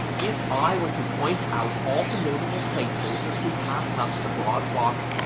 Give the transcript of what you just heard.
if i were to point out all the notable places as we pass up the broad walk,